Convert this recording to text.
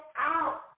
out